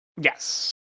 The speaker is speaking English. Yes